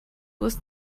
was